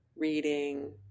reading